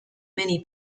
many